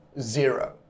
zero